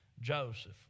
Joseph